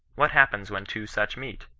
what happens when two such meet?